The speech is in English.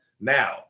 now